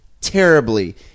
terribly